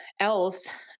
else